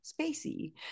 spacey